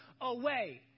away